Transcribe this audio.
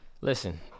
Listen